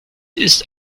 ist